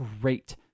great